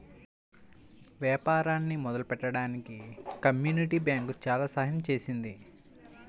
వ్యాపారాన్ని మొదలుపెట్టడానికి community bank చాలా సహాయం చేసింది